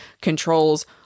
controls